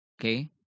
okay